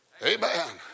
Amen